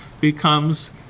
becomes